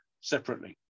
separately